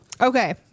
okay